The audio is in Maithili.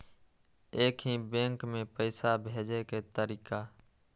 एक ही बैंक मे पैसा भेजे के तरीका?